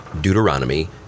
Deuteronomy